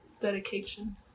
dedication